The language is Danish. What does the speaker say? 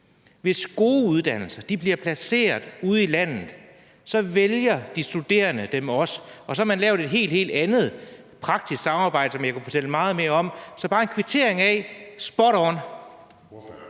nogle gode uddannelser bliver placeret ude i landet, vælger de studerende dem også. Så har man lavet et helt, helt andet praktisk samarbejde, som jeg kunne fortælle meget mere om. Så det er bare en kvittering for det.